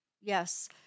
yes